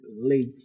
late